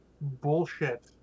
bullshit